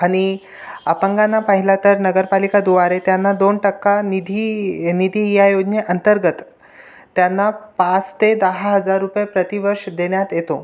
आणि अपंगांना पाहिलं तर नगरपालिकेद्वारे त्यांना दोन टक्का निधी नीती या योजने अंतर्गत त्यांना पाच ते दहा हजार रुपये प्रतिवर्ष देण्यात येतो